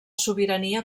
sobirania